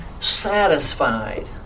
satisfied